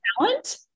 talent